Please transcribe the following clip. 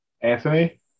Anthony